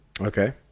Okay